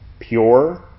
Pure